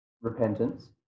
repentance